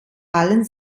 allen